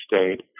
state